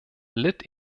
litt